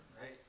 right